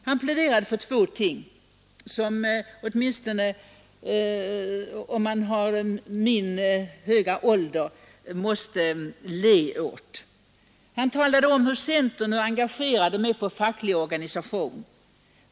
Han pläderade för två ting, en plädering som man — åtminstone om man har min höga ålder — måste le åt. Han talade om hur engagerad man är inom centern när det gäller den fackliga verksamheten.